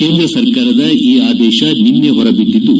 ಕೇಂದ್ರ ಸರ್ಕಾರದ ಈ ಆದೇತ ನಿನ್ನೆ ಹೊರ ಬಿದ್ದಿದ್ದು